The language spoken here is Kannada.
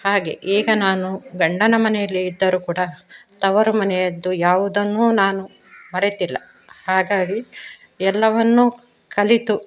ಹಾಗೆ ಈಗ ನಾನು ಗಂಡನ ಮನೆಯಲ್ಲಿ ಇದ್ದರು ಕೂಡ ತವರು ಮನೆಯದ್ದು ಯಾವುದನ್ನೂ ನಾನು ಮರೆತಿಲ್ಲ ಹಾಗಾಗಿ ಎಲ್ಲವನ್ನೂ ಕಲಿತು